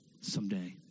someday